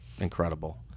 incredible